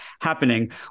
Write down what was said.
happening